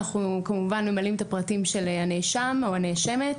אנחנו כמובן ממלאים את הפרטים של הנאשם או הנאשמת